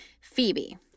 Phoebe